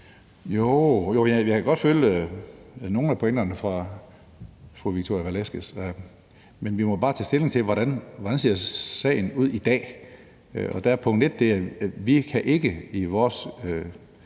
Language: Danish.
Jo, jeg kan godt følge nogle af pointerne fra fru Victoria Velasquez, men vi må bare tage stilling til: Hvordan ser sagen ud i dag? Og vi kan ikke i vores